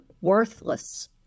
worthless